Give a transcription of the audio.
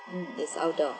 hmm it's outdoor